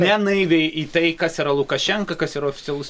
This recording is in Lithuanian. ne naiviai į tai kas yra lukašenka kas yra oficialus